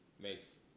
makes